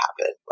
happen